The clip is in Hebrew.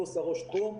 פלוס ראש תחום.